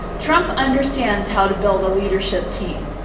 trump understands how to build a leadership team.